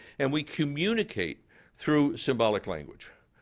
and we communicate through symbolic language.